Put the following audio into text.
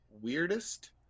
Weirdest